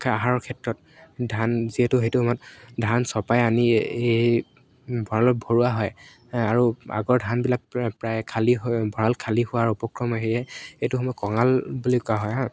আহাৰৰ ক্ষেত্ৰত ধান যিহেতু সেইটো সময়ত ধান চপাই আনি এই ভঁৰালত ভৰোৱা হয় আৰু আগৰ ধানবিলাক প্ৰায় খালী হৈ ভঁৰাল খালী হোৱাৰ উপক্ৰম সেয়ে সেইটো সময়ত কঙাল বুলি কোৱা হয়